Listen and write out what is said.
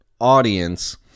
audience